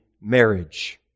marriage